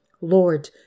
Lord